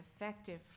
effective